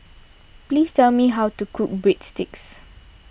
please tell me how to cook Breadsticks